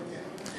כן.